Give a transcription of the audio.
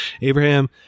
Abraham